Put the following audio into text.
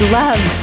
love